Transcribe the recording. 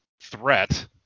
Threat